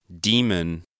Demon